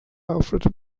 alfred